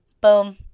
boom